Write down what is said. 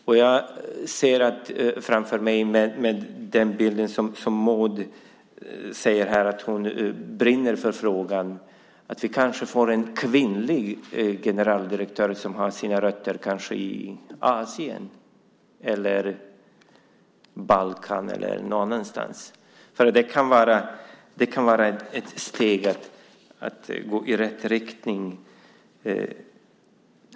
När Maud säger att hon brinner för frågan ser jag framför mig en bild av att vi får en kvinnlig generaldirektör som har sina rötter kanske i Asien, Balkan eller någon annanstans. Det kan vara ett steg i rätt riktning.